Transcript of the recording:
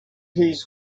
his